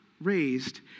raised